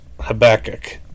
Habakkuk